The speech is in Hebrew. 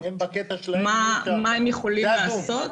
מה הם יכולים לעשות,